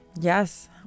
Yes